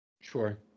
Sure